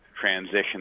transition